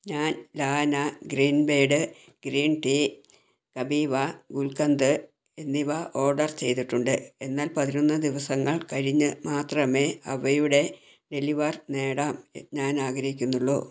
ഞാൻ ലാനാ Greenbird green tea Kapiva ഗുൽകന്ദ് എന്നിവ ഓർഡർ ചെയ്തിട്ടുണ്ട് എന്നാൽ പതിനൊന്ന് ദിവസങ്ങൾ കഴിഞ്ഞ് മാത്രമേ അവയുടെ ഡെലിവർ നേടാം ഞാൻ ആഗ്രഹിക്കുന്നുള്ളൂ